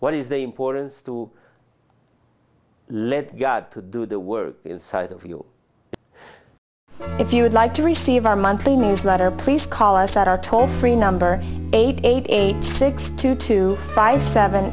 what is the importance to let god to do the work inside of you if you would like to receive our monthly newsletter please call us at our toll free number eight eight eight six two two five seven